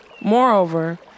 Moreover